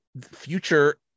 future